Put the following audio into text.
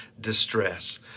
distress